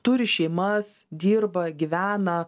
turi šeimas dirba gyvena